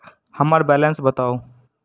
हम्मर बैलेंस बताऊ